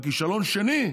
וכישלון שני,